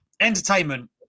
entertainment